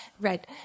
Right